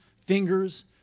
fingers